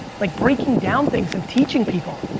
like breaking down things and teaching people.